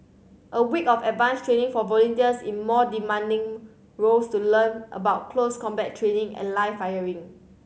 a week of advanced training for volunteers in more demanding roles to learn about close combat training and live firing